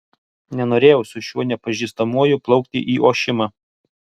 nenorėjau su šiuo nepažįstamuoju plaukti į ošimą